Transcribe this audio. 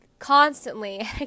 constantly